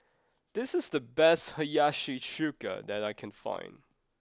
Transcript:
this is the best Hiyashi Chuka that I can find